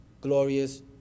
glorious